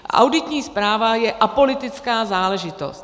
Auditní zpráva je apolitická záležitost.